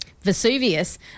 Vesuvius